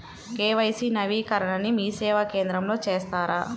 KYC నవీకరణని మీసేవా కేంద్రం లో చేస్తారా?